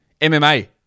MMA